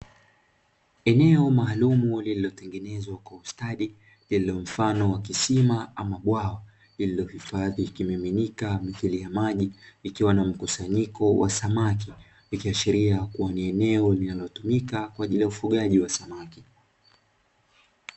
Eneo maalumu lililotengenezwa kwa ustadi, lililo mfano wa kisima ama bwawa, lililo hifadhi kimiminika mithili ya maji ,ikiwa na mkusanyiko wa samaki, ikiashiria kuwa ni eneo linalotumika kwa ajili ya ufugaji wa samaki.